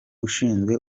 ushinzwe